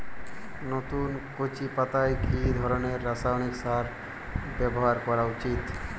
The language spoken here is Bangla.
নতুন কচি পাতায় কি ধরণের রাসায়নিক সার ব্যবহার করা উচিৎ?